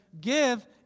give